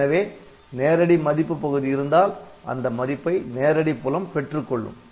எனவே நேரடி மதிப்பு பகுதி இருந்தால் அந்த மதிப்பை நேரடி புலம் பெற்றுக்கொள்ளும்